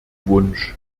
wunsch